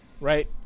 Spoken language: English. right